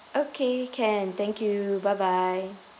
okay can thank you bye bye